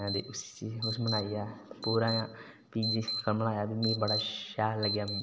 ते उसी बनाइयै पूरा में इं'या ते मिगदी बड़ा शैल लग्गेआ मिगी